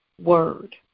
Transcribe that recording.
word